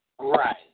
Right